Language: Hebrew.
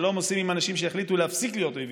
שלום עושים עם אנשים שהחליטו להפסיק להיות אויבים,